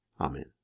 Amen